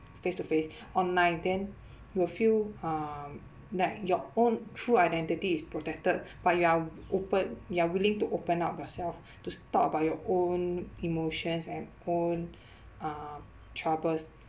face to face online then you will feel um like your own true identity is protected but you're open you are willing to open up yourself to talk about your own emotions and own uh troubles